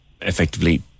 effectively